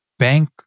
Bank